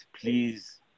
please